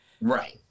Right